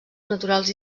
naturals